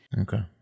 Okay